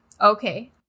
Okay